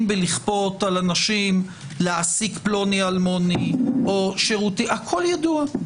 בלכפות על אנשים להעסיק פלוני אלמוני או שירותים הכול ידוע.